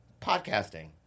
Podcasting